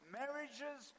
marriages